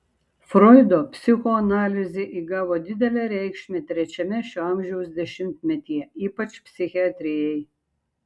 froido psichoanalizė įgavo didelę reikšmę trečiame šio amžiaus dešimtmetyje ypač psichiatrijai